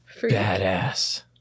Badass